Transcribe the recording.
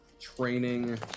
training